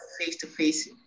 face-to-face